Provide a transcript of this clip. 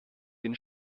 den